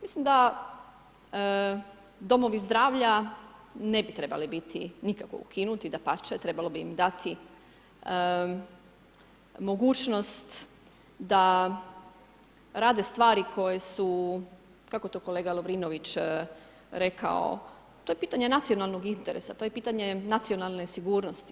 Mislim da domovi zdravlja ne bi trebali biti nikako ukinuti, dapače, trebalo bi im dati mogućnost da rade stvari koje su, kako to je kolega Lovrinović rekao, to je pitanje nacionalnog interesa, to je pitanje nacionalne sigurnosti.